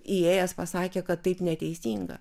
įėjęs pasakė kad taip neteisinga